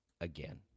again